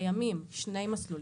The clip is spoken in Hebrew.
קיימים שני מסלולים.